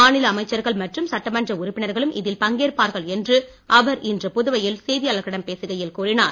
மாநில அமைச்சர்கள் மற்றும் சட்டமன்ற உறுப்பினர்களும் இதில் பங்கேற்பார்கள் என்று அவர் இன்று புதுவையில் செய்தியாளர்களிடம் பேசுகையில் கூறினார்